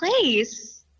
place